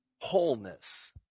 wholeness